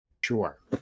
Sure